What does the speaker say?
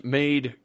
made